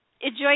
enjoy